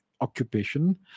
occupation